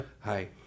hi